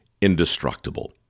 indestructible